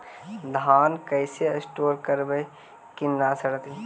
धान कैसे स्टोर करवई कि न सड़ै?